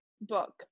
book